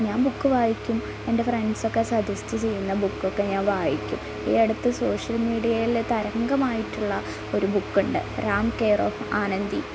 ഞാൻ ബുക്ക് വായിക്കും എൻ്റെ ഫ്രെണ്ട്സൊക്കെ സജസ്റ്റ് ചെയ്യുന്ന ബുക്കൊക്കെ ഞാൻ വായിക്കും ഈ അടുത്ത് സോഷ്യൽ മീഡിയയിൽ തരംഗമായിട്ടുള്ള ഒരു ബുക്കുണ്ട് റാം കേർഓഫ് ആനന്തി